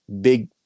big